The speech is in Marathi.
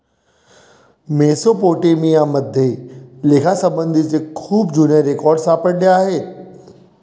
मेसोपोटेमिया मध्ये लेखासंबंधीचे खूप जुने रेकॉर्ड सापडले आहेत